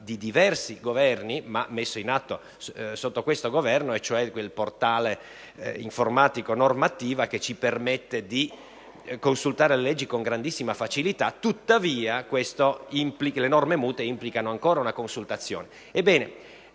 di diversi Governi, ma messo in atto sotto questo Governo: mi riferisco, cioè, a quel portale informatico «Normattiva» che ci permette di consultare le leggi con grandissima facilità. Tuttavia, le norme mute implicano ancora una consultazione.